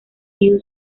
you